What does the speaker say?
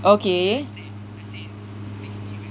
okay